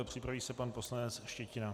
Připraví se pan poslanec Štětina.